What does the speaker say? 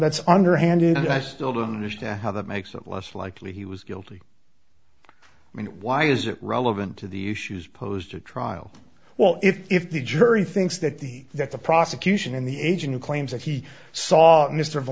that's underhanded and i still don't understand how that makes it less likely he was guilty i mean why is it relevant to the issues posed to trial well if the jury thinks that the that the prosecution in the agent claims that he saw mr